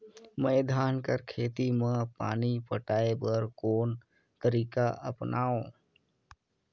मैं धान कर खेती म पानी पटाय बर कोन तरीका अपनावो?